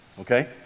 okay